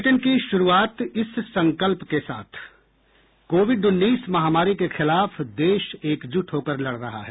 bulletin की शुरूआत इस संकल्प के साथ कोविड उन्नीस महामारी के खिलाफ देश एकजुट होकर लड़ रहा है